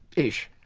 ish.